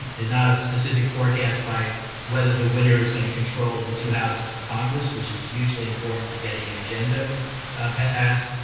there's not a specific forecast by whether the winner is going to control the two houses of congress, which is hugely important for getting an agenda passed,